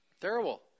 Terrible